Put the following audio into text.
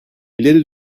ileri